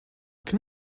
can